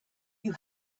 you